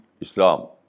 Islam